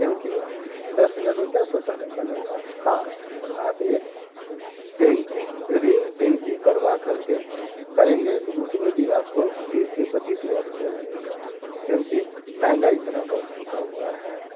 क्योंकि दस हज़ार में क्या शौचालय बनेगा हाँ आप एक रिंग टंकी करवा करके करेंगे तो उसमें भी आपको बीस से पच्चीस हज़ार रुपया लगेगा क्योंकि महँगाई इतना बढ़ चुका हुआ है